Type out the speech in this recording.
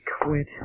quit